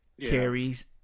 carries